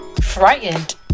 frightened